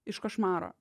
iš košmaro